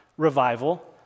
Revival